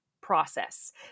process